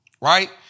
right